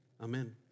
Amen